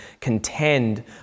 contend